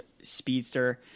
speedster